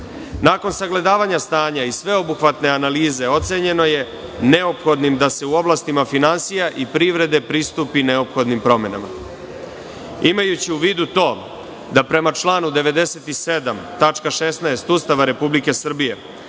Nakon sagledavanja stanja i sveobuhvatne analize ocenjeno je neophodnim da se u oblastima finansija i privrede pristupi neophodnih promenama. Imajući u vidu to da prema članu 97. tačka 16. Ustava Republike Srbije,